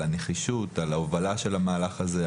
על הנחישות ועל ההובלה של המהלך הזה,